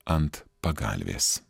ant pagalvės